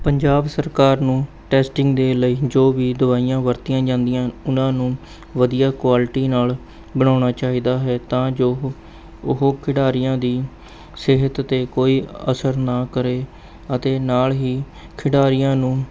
ਪੰਜਾਬ ਸਰਕਾਰ ਨੂੰ ਟੈਸਟਿੰਗ ਦੇ ਲਈ ਜੋ ਵੀ ਦਵਾਈਆਂ ਵਰਤੀਆਂ ਜਾਂਦੀਆਂ ਹਨ ਉਹਨਾਂ ਨੂੰ ਵਧੀਆ ਕੁਆਲਟੀ ਨਾਲ਼ ਬਣਾਉਣਾ ਚਾਹੀਦਾ ਹੈ ਤਾਂ ਜੋ ਉਹ ਖਿਡਾਰੀਆਂ ਦੀ ਸਿਹਤ 'ਤੇ ਕੋਈ ਅਸਰ ਨਾ ਕਰੇ ਅਤੇ ਨਾਲ਼ ਹੀ ਖਿਡਾਰੀਆਂ ਨੂੰ